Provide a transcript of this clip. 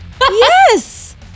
Yes